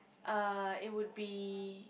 uh it would be